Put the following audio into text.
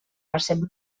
percep